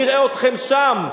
נראה אתכם שם.